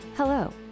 Hello